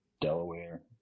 Delaware